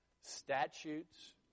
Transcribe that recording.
statutes